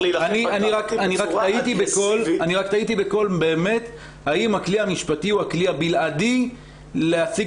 אני רק תהיתי בקול האם הכלי המשפטי הוא הכלי הבלעדי להשיג